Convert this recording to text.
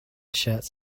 shirts